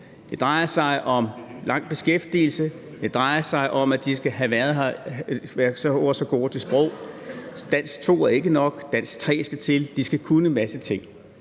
Det drejer sig om langvarig beskæftigelse, det drejer sig om, at de skal være åh så gode til sprog, dansk 2 er ikke nok, dansk 3 skal til, og de skal kunne en masse ting.